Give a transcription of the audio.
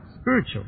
spiritual